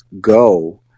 go